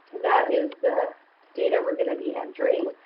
that is the data we're going to be entering.